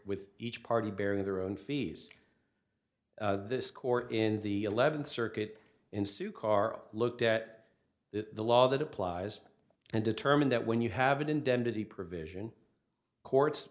with each party bearing their own fees this court in the eleventh circuit in sukar looked at the law that applies and determine that when you have an indemnity provision courts